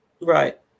right